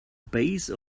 base